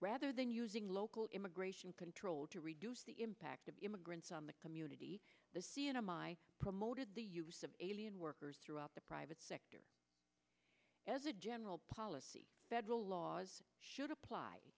than using local immigration control to reduce the impact of immigrants on the community the c n m i promoted the use of alien workers throughout the private sector as a general policy federal laws should apply